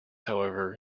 however